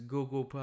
Google